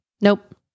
Nope